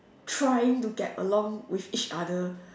trying to get along with each other